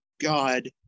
God